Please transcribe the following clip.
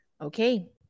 Okay